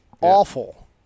Awful